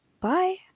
bye